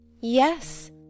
Yes